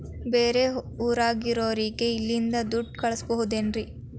ಬೇರೆ ಊರಾಗಿರೋರಿಗೆ ಇಲ್ಲಿಂದಲೇ ದುಡ್ಡು ಕಳಿಸ್ಬೋದೇನ್ರಿ?